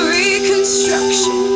reconstruction